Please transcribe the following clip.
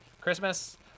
Christmas